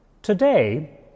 Today